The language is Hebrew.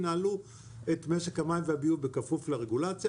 ינהלו את משק המים והביוב בכפוף לרגולציה.